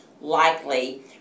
likely